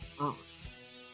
earth